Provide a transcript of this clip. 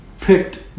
picked